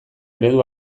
eredu